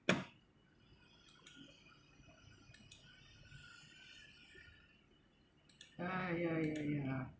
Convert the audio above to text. yeah yeah yeah yeah